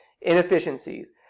inefficiencies